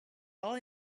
all